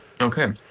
Okay